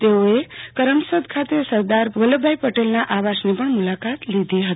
તેઓએ કરમસદ ખાતે સરદાર પટેલના આવાસની પણ મુલાકાત લીધી હતી